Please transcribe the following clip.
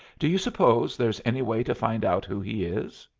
do you suppose there's any way to find out who he is?